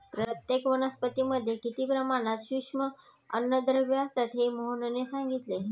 प्रत्येक वनस्पतीमध्ये किती प्रमाणात सूक्ष्म अन्नद्रव्ये असतात हे मोहनने सांगितले